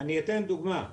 אני אתן דוגמה.